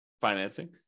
financing